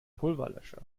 pulverlöscher